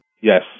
Yes